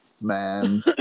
man